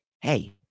Hey